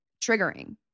triggering